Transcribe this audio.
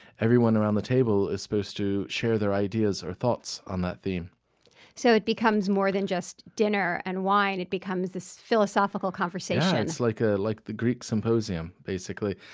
everyone around the table is supposed to share their ideas or thoughts on that theme so it becomes more than just dinner and wine, it becomes this philosophical conversation yeah! it's like ah like the greek symposium, basically.